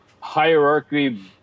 hierarchy